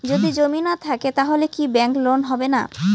যদি জমি না থাকে তাহলে কি ব্যাংক লোন হবে না?